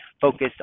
focused